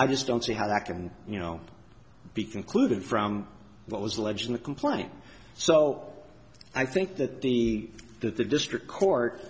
i just don't see how that can you know be concluded from what was alleged in the complaint so i think that the that the district court